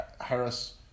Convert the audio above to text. Harris